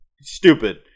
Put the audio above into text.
stupid